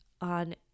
on